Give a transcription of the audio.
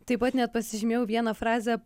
taip pat net pasižymėjau vieną frazę